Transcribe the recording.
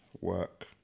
work